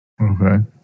Okay